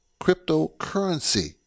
cryptocurrency